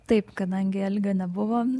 taip kadangi algio nebuvo